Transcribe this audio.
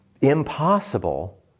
impossible